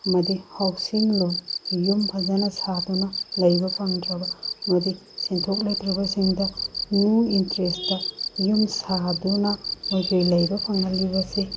ꯑꯃꯗꯤ housing loan ꯌꯨꯝ ꯐꯖꯅ ꯁꯥꯗꯨꯅ ꯂꯩꯕ ꯐꯪꯗ꯭ꯔꯕ ꯑꯃꯗꯤ ꯁꯦꯟꯊꯣꯛ ꯂꯩꯇ꯭ꯔꯕꯁꯤꯡꯗ ꯅꯤꯌꯨ ꯏꯟꯇ꯭ꯔꯦꯁꯇ ꯌꯨꯝ ꯁꯥꯗꯨꯅ ꯑꯩꯈꯣꯏꯒꯤ ꯂꯩꯕ ꯐꯪꯍꯂꯂꯤꯕꯁꯤ